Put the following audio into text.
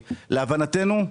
ולהבנתנו,